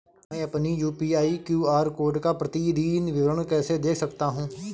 मैं अपनी UPI QR code का प्रतीदीन विवरण कैसे देख सकता हूँ?